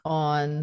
on